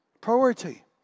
Priority